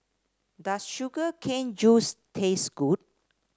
does Sugar Cane Juice taste good